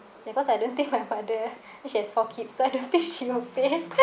because I don't think my mother she has four kids so I don't think she will pay